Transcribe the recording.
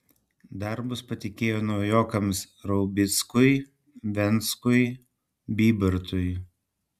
darbus patikėjo naujokams raubickui venckui bybartui